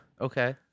okay